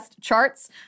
charts